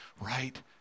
right